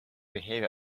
behave